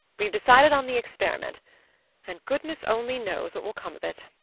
we've decided on the experiment and goodness only knows what will come of it.